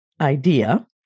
idea